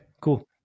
cool